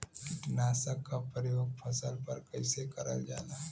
कीटनाशक क प्रयोग फसल पर कइसे करल जाला?